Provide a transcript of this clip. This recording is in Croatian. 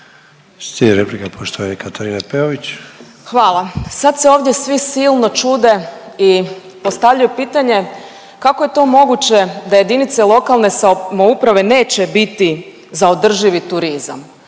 Katarine Peović. **Peović, Katarina (RF)** Hvala. Sad se ovdje svi silno čude i postavljaju pitanje kako je to moguće da jedinice lokalne samouprave neće biti za održivi turizam,